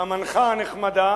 והמנחה הנחמדה